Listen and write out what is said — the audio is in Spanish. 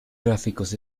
gráficos